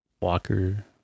Walker